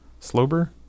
Slober